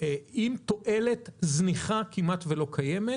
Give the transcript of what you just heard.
עם תועלת זניחה שכמעט ולא קיימת.